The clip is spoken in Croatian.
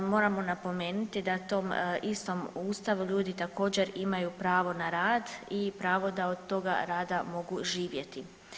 Moramo napomenuti da u tom istom Ustavu ljudi također imaju pravo na rad i pravo da od toga rada mogu živjeti.